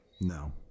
No